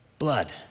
Blood